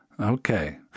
Okay